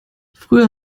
früher